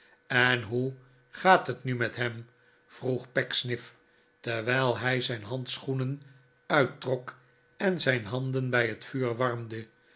en hoe gaat het nu met hem vroeg pecksniff terwijl hij zijn handschoenen uittrok en zijn handen bij het vuur warmde